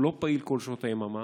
הוא לא פעיל כל שעות היממה.